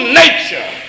nature